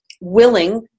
willing